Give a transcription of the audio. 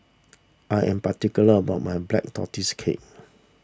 I am particular about my Black Tortoise Cake